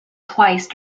twice